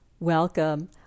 Welcome